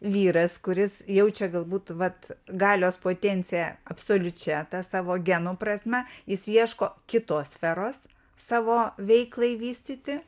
vyras kuris jaučia galbūt vat galios potenciją absoliučia ta savo genų prasme jis ieško kitos sferos savo veiklai vystyti